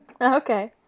Okay